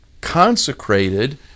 consecrated